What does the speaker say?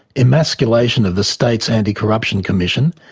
emasculation of the state's anti-corruption commission,